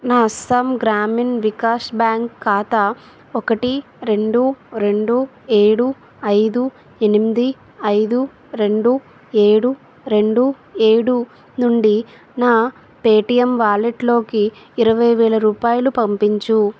నా అస్సాం గ్రామీణ్ వికాస్ బ్యాంక్ ఖాతా ఒకటి రెండు రెండు ఏడు ఐదు ఎనిమిది ఐదు రెండు ఏడు రెండు ఏడు నుండి నా పేటిఎమ్ వాలెట్లోకి ఇరవై వేల రూపాయలు పంపించు